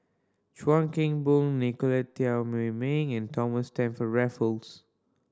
Chuan Keng Boon Nicolette Teo Wei Min and Thomas Stamford Raffles